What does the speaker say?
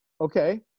Okay